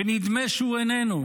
ונדמה שהוא איננו.